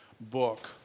book